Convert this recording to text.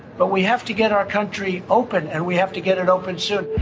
but we have to get our country open, and we have to get it open soon.